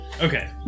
Okay